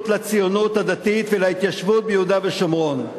לציונות הדתית ולהתיישבות ביהודה ושומרון.